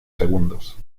segundos